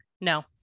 no